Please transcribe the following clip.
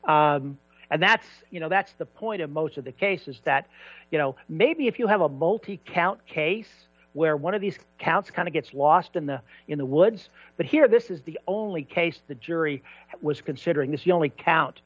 and that's you know that's the point in most of the cases that you know maybe if you have a multi count case where one of these counts kind of gets lost in the in the woods but here this is the only case the jury was considering this the only